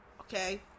okay